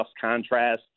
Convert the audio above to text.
contrast